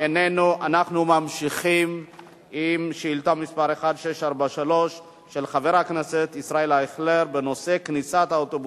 עם הגעת הניידת שמעו השוטרים רעש של מוזיקה חרדית בעוצמה רבה מאוד,